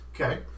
Okay